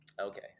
okay